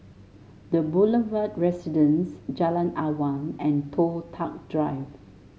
The Boulevard Residence Jalan Awang and Toh Tuck Drive